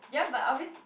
ya but obvious